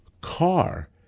car